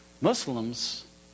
Muslims